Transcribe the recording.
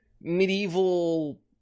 medieval